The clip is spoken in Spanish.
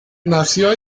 nació